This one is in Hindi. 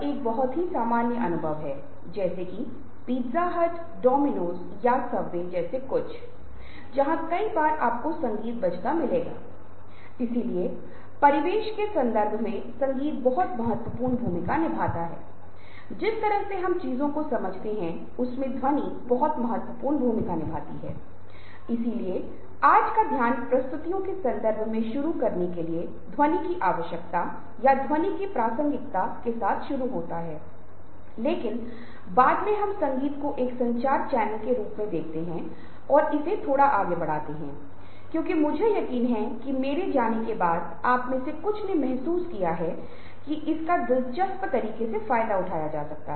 एक बार अभी और एक बार पाठ्यक्रम के अंत ताकि यह पता लगे की आप कहां खड़े हैं मैं इस अवधारणा का परिचय दूंगा कि वास्तव में हमारे बोलने का क्या मतलब हैहम स्पीकिंग का मतलब जानेंगे हम बोलने से सुनने की गति को समझेंगे हम स्ट्रेटेजिक स्पीकिंग को जानेंगे समूहों में बोलना को समझेंगे हम कुछ उदाहरण भी देखेंगे और फिर मैं जिस संदर्भ सामग्री का उपयोग कर रहा हूं उसे कुछ प्रासंगिक लेख भी उपलब्ध कराए जाएंगे जो आपको दिलचस्प लगने के साथ साथ मेरे व्याख्यान नोट्स या व्याख्यान स्लाइड और अन्य प्रासंगिक संदर्भ भी मिलेंगे